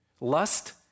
Lust